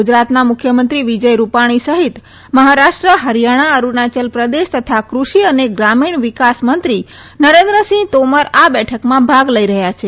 ગુજરાતના મુખ્યમંત્રી વિજય રૂપાણી સહિત મહારાષ્ટ્ર હરિથાણા અરૂણાચલપ્રદેશ તથા કૃષિ અને ગ્રામીણ વિકાસમંત્રી નરેન્દ્રસિંહ તોમર આ બેઠકમાં ભાગ લઈ રહ્યા છે